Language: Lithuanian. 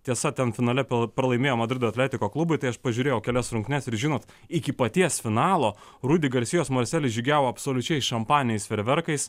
tiesa tam finale pralaimėjo madrido atletico klubui tai aš pažiūrėjau kelias rungtynes ir žinot iki paties finalo rudi garsijos marselis žygiavo absoliučiais šampaniniais fejerverkais